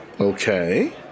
okay